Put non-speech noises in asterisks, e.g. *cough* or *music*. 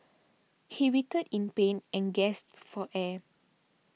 he writhed in pain and gasped *noise* for air